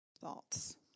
thoughts